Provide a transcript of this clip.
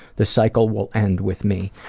the cycle will end with me.